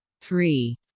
three